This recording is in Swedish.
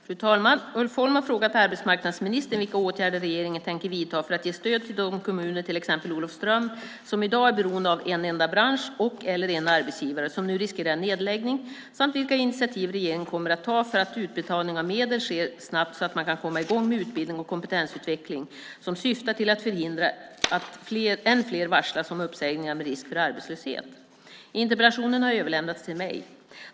Fru talman! Ulf Holm har frågat arbetsmarknadsministern vilka åtgärder regeringen tänker vidta för att ge stöd till de kommuner, till exempel Olofström, som i dag är beroende av en enda bransch eller en arbetsgivare, och som nu riskerar nedläggning, samt vilka initiativ regeringen kommer att ta för att utbetalning av medel sker snabbt så att man kan komma i gång med utbildning och kompetensutveckling som syftar till att förhindra att än fler varslas om uppsägningar med risk för arbetslöshet. Interpellationen har överlämnats till mig.